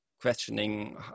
questioning